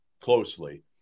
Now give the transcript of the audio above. closely